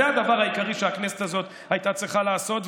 זה הדבר העיקרי שהכנסת הזאת הייתה צריכה לעשות,